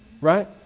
right